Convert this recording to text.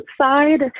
side